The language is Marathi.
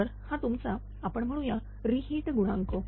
तर हा तुमचा आपण म्हणू या रि हीट गुणांक